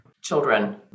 Children